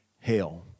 hell